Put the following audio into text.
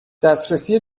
دسترسی